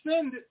send